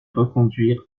reconduire